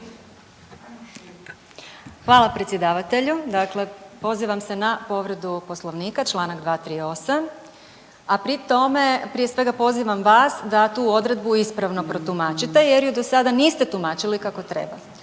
Hvala predsjedavatelju. Dakle pozivam se na povredu Poslovnika, čl. 238, a pri tome, prije svega, pozivam vas da tu odredbu ispravno protumačite jer ju do sada niste tumačili kako treba.